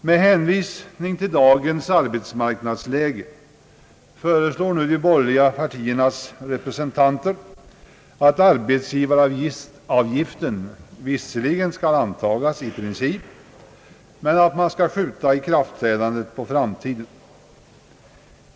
Med hänvisning till dagens arbetsmarknadsläge föreslår nu de borgerliga partiernas representanter, att arbetsgivaravgiften visserligen skall antagas i princip men att man skall skjuta ikraftträdandet på framtiden.